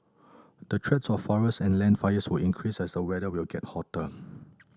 the threats of forest and land fires will increase as the weather will get hotter